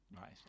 right